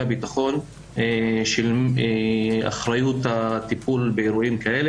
הבטחון של אחריות הטיפול באירועים כאלה,